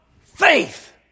faith